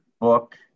book